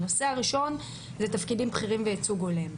הנושא הראשון זה תפקידים בכירים וייצוג הולם.